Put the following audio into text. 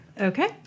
Okay